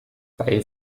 bei